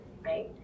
right